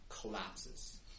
collapses